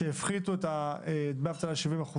כשהפחיתו את דמי האבטלה ל-70%,